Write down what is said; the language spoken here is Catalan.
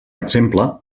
exemple